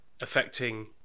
affecting